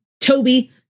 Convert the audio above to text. Toby